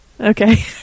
Okay